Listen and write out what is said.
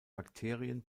bakterien